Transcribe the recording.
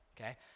okay